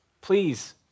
please